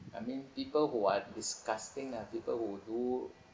I mean people who are disgusting lah people who do